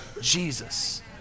Jesus